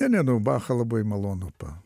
ne ne nu bachą labai malonu pa